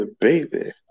baby